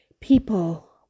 people